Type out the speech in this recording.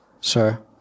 sir